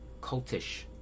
cultish